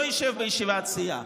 לא ישב בישיבת סיעה,